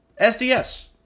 SDS